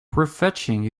prefetching